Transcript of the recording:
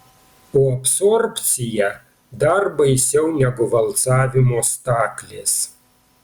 o absorbcija dar baisiau negu valcavimo staklės